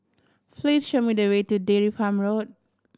please show me the way to Dairy Farm Road